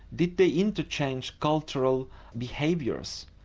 did they interchange cultural behaviours?